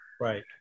right